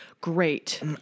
great